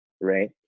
right